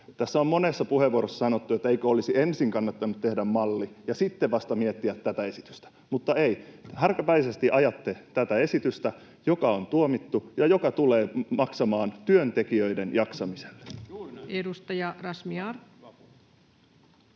Tässä on monessa puheenvuorossa sanottu, että eikö olisi ensin kannattanut tehdä malli ja sitten vasta miettiä tätä esitystä, mutta ei, härkäpäisesti ajatte tätä esitystä, joka on tuomittu ja joka tulee maksamaan työntekijöiden jaksamisena. [Timo